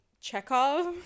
Chekhov